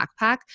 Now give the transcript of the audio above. backpack